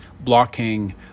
blocking